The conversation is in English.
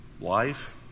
life